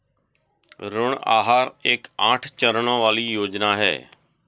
ऋण आहार एक आठ चरणों वाली योजना है